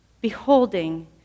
beholding